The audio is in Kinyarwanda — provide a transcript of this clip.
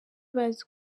bazi